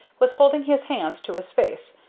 was holding his hands to his face,